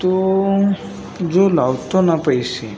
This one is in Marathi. तो जो लावतो ना पैसे